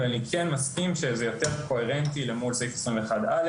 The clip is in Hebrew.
אני כן מסכים שזה יותר קוהרנטי למול סעיף 21א,